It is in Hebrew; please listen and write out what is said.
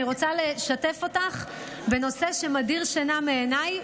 אני רוצה לשתף אותך בנושא שמדיר שינה מעיניי,